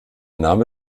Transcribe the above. name